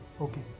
okay